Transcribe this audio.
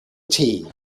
tea